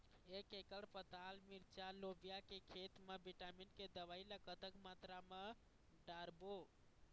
एक एकड़ पताल मिरचा लोबिया के खेत मा विटामिन के दवई ला कतक मात्रा म डारबो?